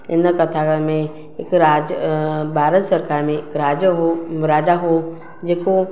इन कथा में हिकु राज भारत सरकारि में हिकु राजा हुयो राजा हो जेको